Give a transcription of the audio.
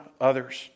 others